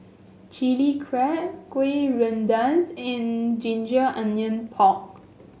Chili Crab kueh rendas and ginger onion pork